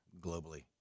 globally